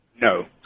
No